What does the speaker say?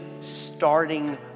starting